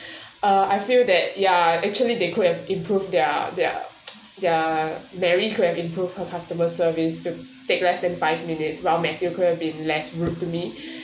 uh I feel that ya actually they could have improved their their their mary could have improve her customer service to take less than five minutes while mattew could have been less rude to me